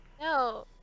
No